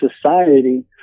society